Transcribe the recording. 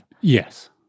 yes